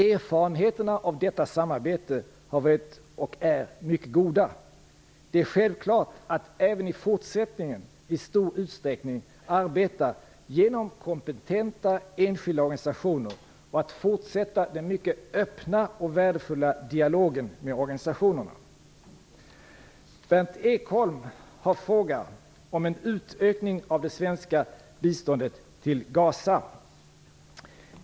Erfarenheterna av detta samarbete har varit och är mycket goda. Det är självklart att även i forsättningen i stor utsträckning arbeta genom kompetenta enskilda organisationer och att fortsätta den mycket öppna och värdefulla dialogen med organisationerna. Berndt Ekholm frågar om en utökning av det svenska biståndet till Gaza.